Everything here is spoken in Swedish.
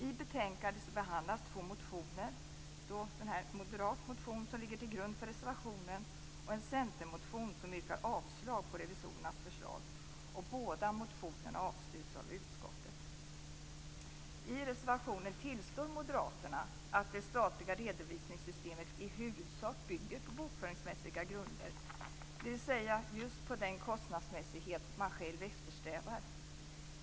I betänkandet behandlas två motioner, en moderat motion som ligger till grund för reservationen och en centermotion som yrkar avslag på revisorernas förslag. Båda motionerna avstyrks av utskottet. I reservationen tillstår moderaterna att det statliga redovisningssystemet i huvudsak bygger på bokföringsmässiga grunder, dvs. just på den kostnadsmässighet man själv eftersträvar.